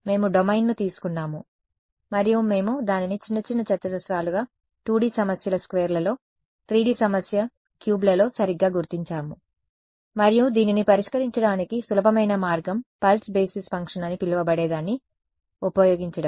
మేము డొమైన్ను తీసుకున్నాము మరియు మేము దానిని చిన్న చిన్న చతురస్రాలుగా 2D సమస్యల స్క్వేర్లలో 3D సమస్య క్యూబ్లలో సరిగ్గా గుర్తించాము మరియు దీనిని పరిష్కరించడానికి సులభమైన మార్గం పల్స్ బేసిస్ ఫంక్షన్ అని పిలువబడే దాన్ని ఉపయోగించడం